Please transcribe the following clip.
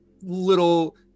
Little